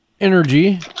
energy